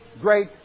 great